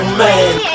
man